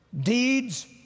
deeds